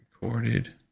recorded